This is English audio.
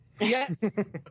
Yes